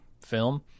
film